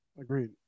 Agreed